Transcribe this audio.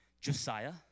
Josiah